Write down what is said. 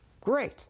Great